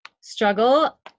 struggle